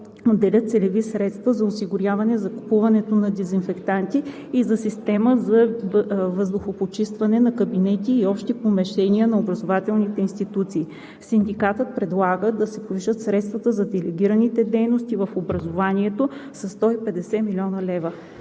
отделят целеви средства за осигуряване закупуването на дезинфектанти и за система за въздухопочистване на кабинети и общи помещения на образователните институции. Синдикатът предлага да се повишат средствата за делегираните дейности в образованието със 150 млн. лв.